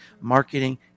Marketing